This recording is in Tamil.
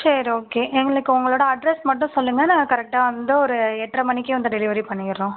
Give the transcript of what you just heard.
சரி ஓகே எங்களுக்கு உங்களோட அட்ரெஸ் மட்டும் சொல்லுங்கள் நாங்கள் கரெக்டாக வந்து ஒரு எட்ரை மணிக்கு வந்து டெலிவரி பண்ணிடுறோம்